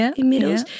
inmiddels